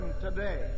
today